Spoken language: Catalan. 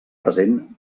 present